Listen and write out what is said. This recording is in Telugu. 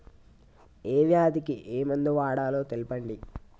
ఏ వ్యాధి కి ఏ మందు వాడాలో తెల్పండి?